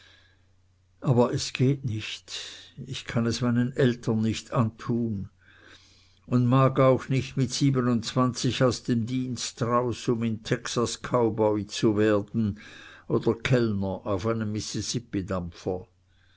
aber es geht nicht ich kann es meinen eltern nicht antun und mag auch nicht mit siebenundzwanzig aus dem dienst heraus um in texas cowboy zu werden oder kellner auf einem